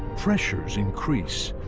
pressures increase,